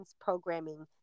programming